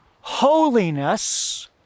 holiness